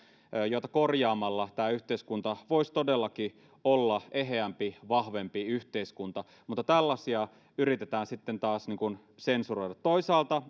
joita korjaamalla tämä yhteiskunta voisi todellakin olla eheämpi vahvempi yhteiskunta mutta tällaisia yritetään sitten taas sensuroida toisaalta